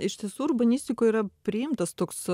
iš tiesų urbanistikoj yra priimtas toks